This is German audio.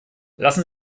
lassen